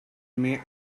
may